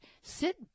sit